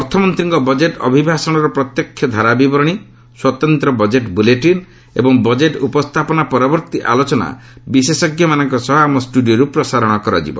ଅର୍ଥମନ୍ତୀଙ୍କ budget ଅଭିଭାଷଣର ପ୍ରତ୍ୟକ୍ଷ ଧାରାବିବରଣୀ ସ୍ୱତନ୍ତ ବଜେଟ୍ ବୁଲେଟିନ୍ ଏବଂ ବଜେଟ୍ ଉପସ୍ଥାପନା ପରବର୍ତ୍ତୀ ଆଲୋଚନା ବିଶେଷଜ୍ଞମାନଙ୍କ ସହ ଆମ ଷ୍ଟୁଡିଓରୁ ପ୍ରସାରଣ କରାଯିବ